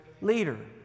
leader